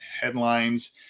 headlines